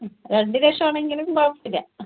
രണ്ടു ലക്ഷം ആണെങ്കിലും കുഴപ്പമില്ല ആ